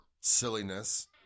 silliness